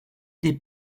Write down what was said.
des